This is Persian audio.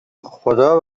خدا